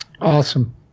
Awesome